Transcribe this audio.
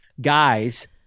guys